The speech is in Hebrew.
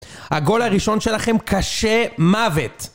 הגול הראשון שלכם קשה מוות